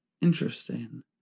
Interesting